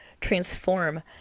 transform